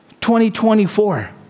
2024